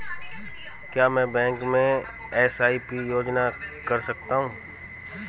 क्या मैं बैंक में एस.आई.पी योजना कर सकता हूँ?